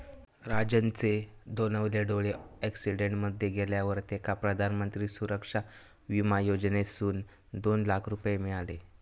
राजनचे दोनवले डोळे अॅक्सिडेंट मध्ये गेल्यावर तेका प्रधानमंत्री सुरक्षा बिमा योजनेसून दोन लाख रुपये मिळाले